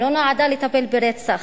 היא לא נועדה לטפל ברצח,